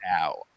out